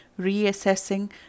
reassessing